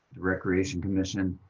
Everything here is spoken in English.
recreation commission.